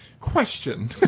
question